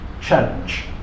challenge